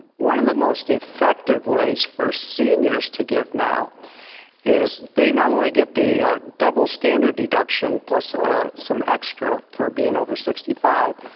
one of the most effective ways for seniors to give now is they not only get the double standard deduction, plus some extra for being over sixty five,